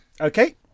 Okay